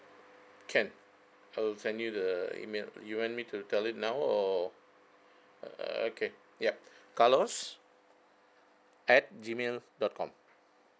can I will send you the email you want me to tell it now or okay yup carlos at gmail dot com